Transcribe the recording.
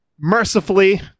mercifully